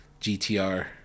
GTR